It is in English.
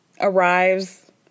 arrives